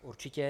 Určitě.